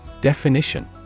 Definition